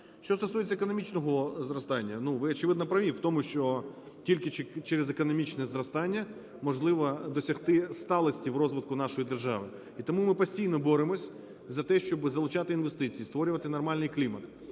Що стосується економічного зростання. Ну ви очевидно праві в тому, що тільки через економічне зростання можливо досягти сталості в розвитку нашої держави. І тому ми постійно боремось за те, щоби залучати інвестиції, створювати нормальний клімат.